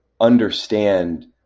understand